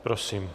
Prosím.